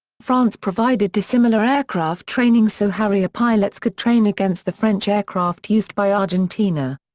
france provided dissimilar aircraft training so harrier pilots could train against the french aircraft used by argentina.